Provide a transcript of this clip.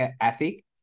ethic